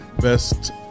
Best